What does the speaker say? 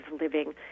living